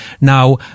Now